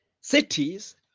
cities